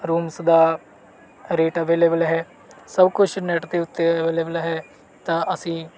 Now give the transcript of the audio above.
rooms ਦਾ rate ਅਵੇਲੇਵਲ ਹੈ ਸਭ ਕੁਛ ਨੈਟ ਦੇ ਉੱਤੇ ਅਵੇਲੇਵਲ ਹੈ ਤਾਂ ਅਸੀਂ